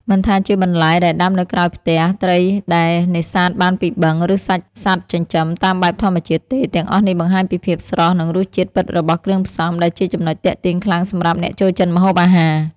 មិនថាជាបន្លែដែលដាំនៅក្រោយផ្ទះ ត្រីដែលនេសាទបានពីបឹង ឬសាច់សត្វចិញ្ចឹមតាមបែបធម្មជាតិទេ ទាំងអស់នេះបង្ហាញពីភាពស្រស់ និងរសជាតិពិតរបស់គ្រឿងផ្សំ ដែលជាចំណុចទាក់ទាញខ្លាំងសម្រាប់អ្នកចូលចិត្តម្ហូបអាហារ។